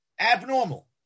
abnormal